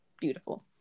beautiful